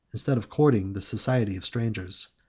instead of courting, the society of strangers.